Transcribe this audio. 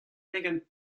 pegen